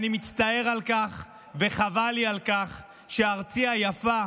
ואני מצטער על כך וחבל לי על כך שארצי היפה